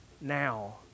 now